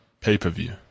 Pay-per-view